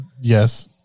yes